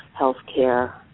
healthcare